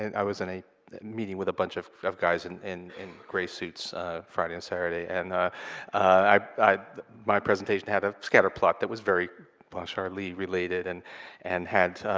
and i was in a meeting with a bunch of of guys and in in gray suits friday and saturday, and ah my presentation had a scatter plot that was very blanchard-lee-related, and and had